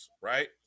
right